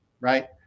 right